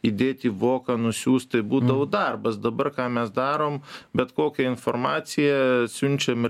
įdėt į voką nusiųst tai būdavo darbas dabar ką mes darom bet kokią informaciją siunčiam